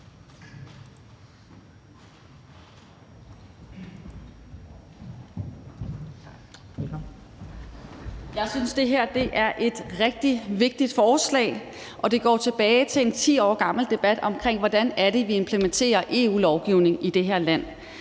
Jeg synes jo, at det her er et rigtig vigtigt forslag, der går tilbage til en 10 år gammel debat om, hvordan det er, vi implementerer EU-lovgivningen i det her land,